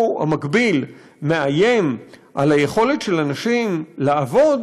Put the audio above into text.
המקביל מאיים על היכולת של אנשים לעבוד,